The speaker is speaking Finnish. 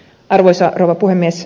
arvoisa rouva puhemies